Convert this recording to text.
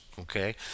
okay